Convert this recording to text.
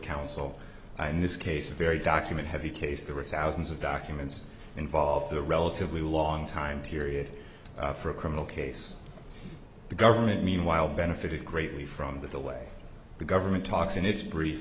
counsel and this case a very document heavy case there were thousands of documents involved a relatively long time period for a criminal case the government meanwhile benefited greatly from the way the government talks in its brief